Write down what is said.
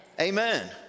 Amen